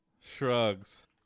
shrugs